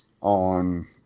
on